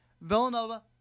Villanova